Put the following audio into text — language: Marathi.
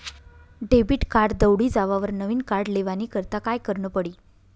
डेबिट कार्ड दवडी जावावर नविन कार्ड लेवानी करता काय करनं पडी?